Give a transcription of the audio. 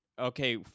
okay